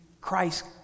Christ